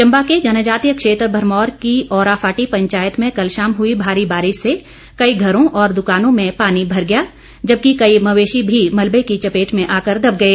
चंबा के जनजातीय क्षेत्र भरमौर की औराफाटी पंचायत में कल शाम हुई भारी बारिश से कई घरों और दुकानों में पानी घुस गया जबकि कई मवेशी भी मलवे की चपेट में आकर दब गए